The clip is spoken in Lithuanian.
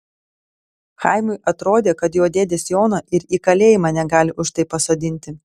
chaimui atrodė kad jo dėdės jono ir į kalėjimą negali už tai pasodinti